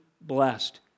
blessed